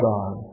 God